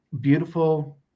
Beautiful